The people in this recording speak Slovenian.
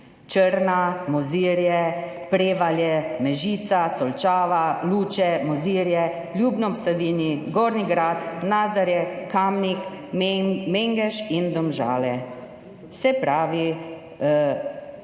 Črna, Mozirje, Prevalje, Mežica, Solčava, Luče, Mozirje, Ljubno ob Savinji, Gornji Grad, Nazarje, Kamnik, Mengeš in Domžale. Se pravi,